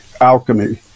alchemy